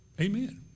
Amen